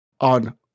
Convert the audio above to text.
on